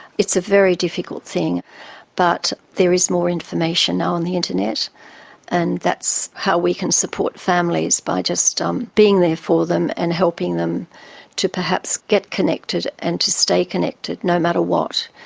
it's a very difficult thing but there is more information now on the internet and that's how we can support families by just um being there for them and helping them to perhaps get connected and stay connected, no matter what,